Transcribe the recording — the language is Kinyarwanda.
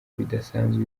bidasanzwe